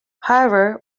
however